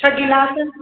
छह गिलास